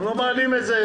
אנחנו לא מעלים את זה.